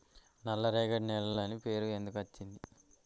నల్లరేగడి నేలలు అని ఎందుకు పేరు అచ్చింది?